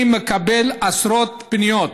אני מקבל עשרות פניות